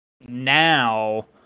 now